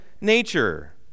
nature